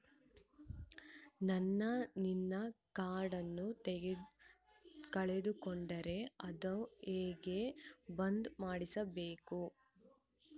ನಾನು ನನ್ನ ಕಾರ್ಡನ್ನ ಕಳೆದುಕೊಂಡರೆ ಅದನ್ನ ಹೆಂಗ ಬಂದ್ ಮಾಡಿಸಬೇಕು?